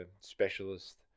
specialist